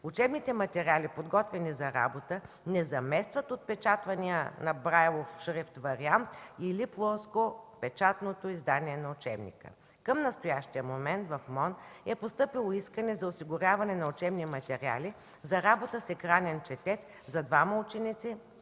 Учебните материали, подготвени за работа, не заместват отпечатвания на брайлов шрифт вариант или плоско печатното издание на учебника. Към настоящия момент в Министерство на образованието и науката (МОН) е постъпило искане за осигуряване на учебни материали за работа с „Екранен четец” за двама ученици